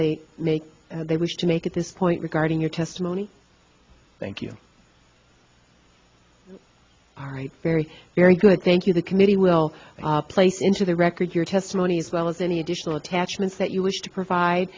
they make they wish to make at this point regarding your testimony thank you very very good thank you the committee will place into the record your testimony as well as any additional attachments that you wish to provide